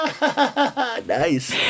Nice